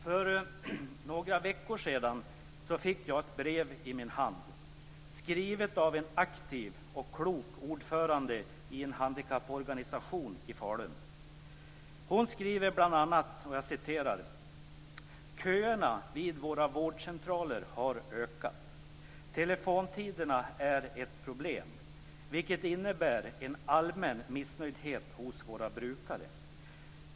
För några veckor sedan fick jag ett brev i min hand, skrivet av en aktiv och klok ordförande i en handikapporganisation i Falun. Hon skriver bl.a.: "Köerna vid våra vårdcentraler har ökat, telefontiderna är ett problem, vilket innebär en allmän missnöjdhet hos våra brukare.